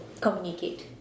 communicate